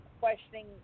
questioning